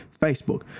Facebook